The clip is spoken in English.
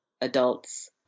adults